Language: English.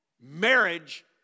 Marriage